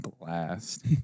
blast